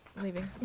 leaving